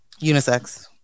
Unisex